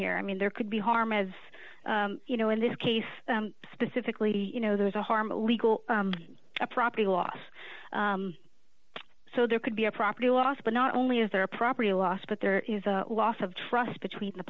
here i mean there could be harm as you know in this case specifically you know there is a harm legal property loss so there could be a property loss but not only is there a property loss but there is a loss of trust between the